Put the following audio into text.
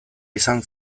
izan